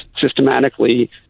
systematically